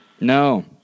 No